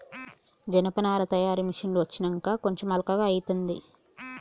జనపనార తయారీ మిషిన్లు వచ్చినంక కొంచెం అల్కగా అయితాంది